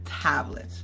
tablet